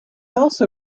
also